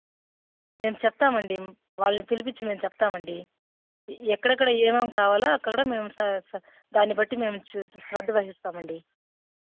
మేము చెప్తామండి వాళ్ళని పిలిపించి మేము చెప్తామండి ఎక్కడెక్కడ ఏమేమి కావాలో అక్కడ మేము స స దాన్ని బట్టి మేము శ్రద్ద వహిస్తామండీ